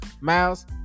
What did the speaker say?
Miles